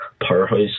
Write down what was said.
powerhouse